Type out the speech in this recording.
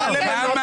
לקח?